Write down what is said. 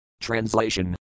Translation